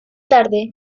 tarde